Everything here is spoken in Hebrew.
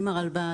עם הרלב"ד,